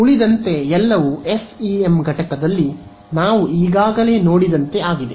ಉಳಿದಂತೆ ಎಲ್ಲವೂ ಎಫ್ಇಎಂ ಘಟಕದಲ್ಲಿ ನಾವು ಈಗಾಗಲೇ ನೋಡಿದಂತೆ ಆಗಿದೆ